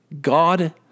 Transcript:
God